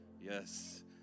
Yes